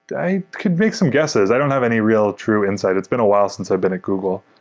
i could make some guesses. i don't have any real true insight. it's been a while since i've been at google.